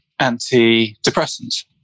antidepressants